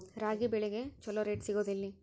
ರಾಗಿ ಬೆಳೆಗೆ ಛಲೋ ರೇಟ್ ಸಿಗುದ ಎಲ್ಲಿ?